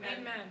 Amen